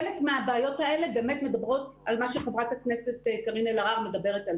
חלק מהבעיות האלה באמת מדברות על מה שחברת הכנסת קארין אלהרר מדברת,